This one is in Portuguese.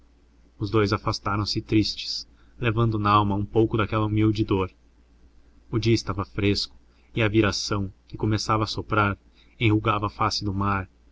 os dous afastaram-se tristes levando nalma um pouco daquela humilde dor o dia estava fresco e a viração que começava a soprar enrugava a face do mar